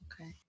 okay